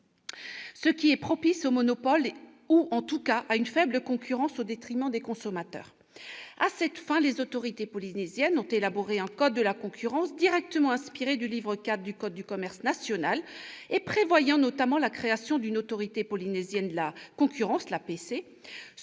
ce qui est propice aux monopoles ou, en tout cas, à une faible concurrence, au détriment des consommateurs. À cette fin, les autorités polynésiennes ont élaboré un code de la concurrence, directement inspiré du livre IV du code de commerce national, prévoyant notamment la création d'une autorité polynésienne de la concurrence, sur